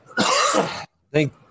Thank